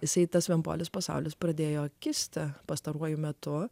jisai tas vienpolis pasaulis pradėjo kisti pastaruoju metu